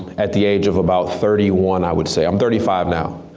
at the age of about thirty one i would say. i'm thirty five now,